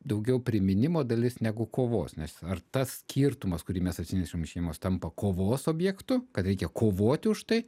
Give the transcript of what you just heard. daugiau priminimo dalis negu kovos nes ar tas skirtumas kurį mes atsinešam iš šeimos tampa kovos objektu kad reikia kovoti už tai